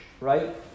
right